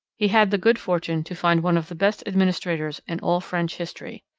he had the good fortune to find one of the best administrators in all french history.